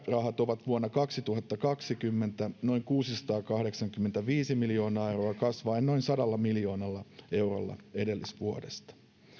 ovat vuonna kaksituhattakaksikymmentä noin kuusisataakahdeksankymmentäviisi miljoonaa euroa kasvaen noin sadalla miljoonalla eurolla edellisvuodesta